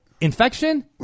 Infection